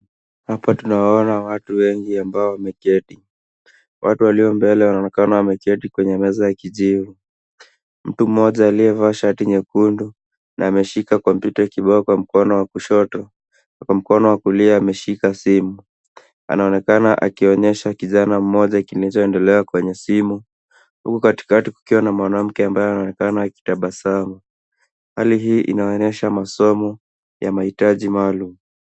Hapa tunawaona watu wengi ambao wameketi. Watu walio mbele wanaonekana wameketi kwenye meza ya kijivu. Mtu mmoja aliyevaa shati nyekundu na ameshika kompyuta kibao kwa mkono wa kushoto, kwa mkono wa kulia ameshika simu. Anaonekana akionyesha kijana mmoja kinachoendelea kwenye simu, huku katikati kukiwa na mwanamke ambaye anaonekana akitabasamu. Hali hii inaonyesha masomo ya mahitaji maalum.